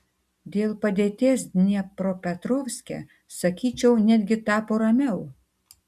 dėl padėties dniepropetrovske sakyčiau netgi tapo ramiau